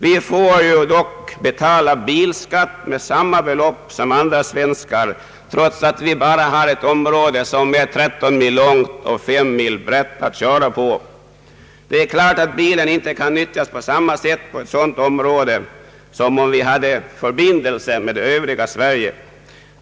Vi måste ju dock betala bilskatt med samma belopp som andra svenskar, trots att vi bara har ett område som är 13 mil långt och 5 mil brett att köra på. Det är klart att bilen inom ett sådant område inte kan utnyttjas på samma sätt som om det hade funnits fast förbindelse med övriga Sverige.